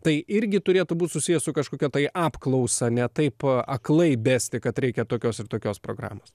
tai irgi turėtų būt susiję su kažkokia tai apklausa ne taip aklai besti kad reikia tokios ir tokios programos